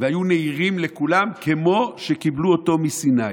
והיו נהירים לכולם כמו שקיבלו אותם מסיני.